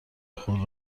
خود